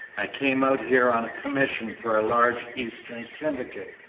i came out here on a commission for a large eastern syndicate,